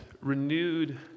renewed